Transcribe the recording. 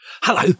Hello